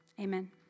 Amen